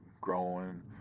growing